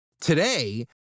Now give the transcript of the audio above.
Today